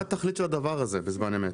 מה התכלית של הדבר הזה בזמן אמת?